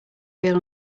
feel